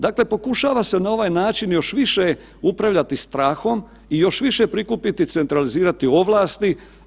Dakle, pokušava se na ovaj način još više upravljati strahom i još više prikupiti, centralizirati ovlasti.